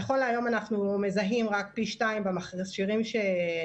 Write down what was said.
נכון להיום אנחנו מזהים רק פי 2 במכשירים שנבדקו,